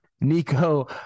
Nico